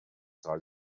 tra